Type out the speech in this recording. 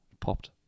Popped